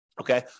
okay